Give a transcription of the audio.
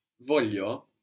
voglio